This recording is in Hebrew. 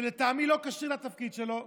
שלטעמי לא כשיר לתפקיד שלו,